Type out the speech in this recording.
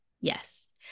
Yes